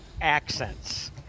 accents